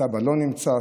סבא לא נמצא.